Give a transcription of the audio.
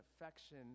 affection